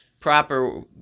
proper